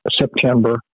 September